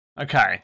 Okay